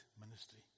ministry